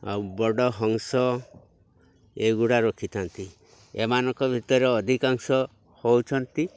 ଆଉ ବଡ଼ ହଂସ ଏଗୁଡ଼ା ରଖିଥାନ୍ତି ଏମାନଙ୍କ ଭିତରେ ଅଧିକାଂଶ ହେଉଛନ୍ତି